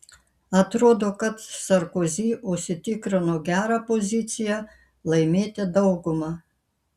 atrodo kad sarkozy užsitikrino gerą poziciją laimėti daugumą